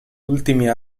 ultimi